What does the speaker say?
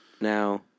now